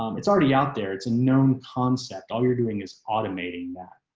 um it's already out there. it's a known concept. all you're doing is automating that.